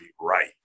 right